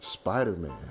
Spider-Man